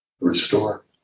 Restore